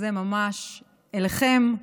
זה ממש אליכם,